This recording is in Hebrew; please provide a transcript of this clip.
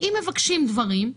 אם מבקשים דברים,